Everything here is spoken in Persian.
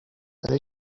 برا